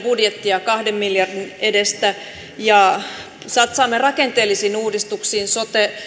budjettia kahden miljardin edestä satsaamme rakenteellisiin uudistuksiin sote